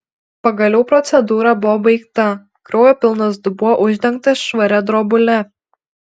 pagaliau procedūra buvo baigta kraujo pilnas dubuo uždengtas švaria drobule